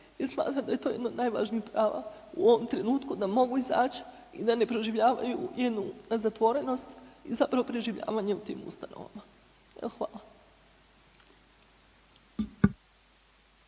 smatram da je to jedno od najvažnijih prava u ovom trenutku da mogu izać i da ne proživljavaju jednu zatvorenost i zapravo preživljavanje u tim ustanovama. Evo,